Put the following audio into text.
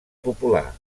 popular